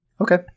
okay